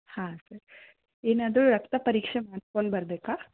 ಹಾಂ ಸರ್ ಏನಾದರೂ ರಕ್ತ ಪರೀಕ್ಷೆ ಮಾಡಿಸಿಕೊಂಡು ಬರಬೇಕಾ